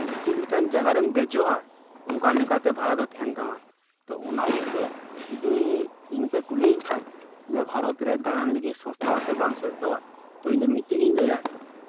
ᱪᱮᱫ ᱞᱮᱠᱟᱱ ᱡᱟᱭᱜᱟ ᱨᱮᱢ ᱫᱮᱡᱚᱜᱼᱟ ᱚᱱᱠᱟ ᱞᱮᱠᱟᱛᱮ ᱵᱷᱟᱲᱟ ᱫᱚ ᱛᱟᱦᱮᱱ ᱛᱟᱢᱟ ᱛᱚ ᱚᱱᱟ ᱤᱭᱟᱹᱛᱮ ᱡᱚᱫᱤ ᱤᱧ ᱯᱮ ᱠᱩᱞᱤᱭᱤᱧ ᱠᱷᱟᱱ ᱡᱮᱹ ᱵᱷᱟᱨᱚᱛ ᱨᱮ ᱫᱟᱲᱟᱱ ᱞᱟᱹᱜᱤᱫ ᱥᱚᱥᱛᱟ ᱟᱥᱮ ᱵᱟᱝ ᱥᱚᱥᱛᱟᱣᱟ ᱛᱚ ᱤᱧ ᱫᱚ ᱢᱤᱫ ᱴᱮᱱ ᱜᱤᱧ ᱞᱟᱹᱭᱟ